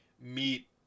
meet